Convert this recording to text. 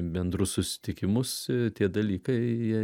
bendrus susitikimus tie dalykai jie